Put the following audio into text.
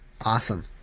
Awesome